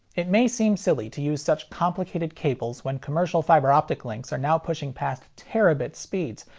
it may seem silly to use such complicated cables when commercial fiber optic links are now pushing past terabit speeds,